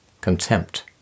contempt